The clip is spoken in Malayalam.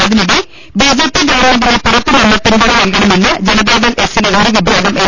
അതിനിടെ ബിജെപി ഗവൺമെന്റിനെ പുറത്തുനിന്ന് പിന്തുണ നൽക ണമെന്ന് ജനതാദൾ എസിലെ ഒരുവിഭാഗം എം